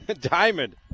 diamond